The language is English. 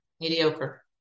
Mediocre